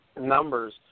numbers